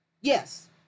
Yes